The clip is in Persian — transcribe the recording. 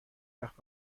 وقت